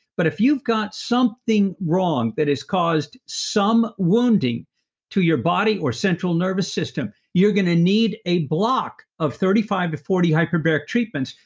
but if you've got something wrong that has caused some wounding to your body or central nervous system, you're going to need a block of thirty five to forty hyperbaric treatments,